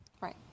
Right